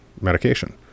medication